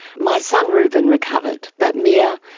my son ruben recovered. but mia,